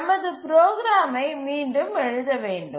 நமது ப்ரோக்ராமை மீண்டும் எழுத வேண்டும்